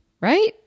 right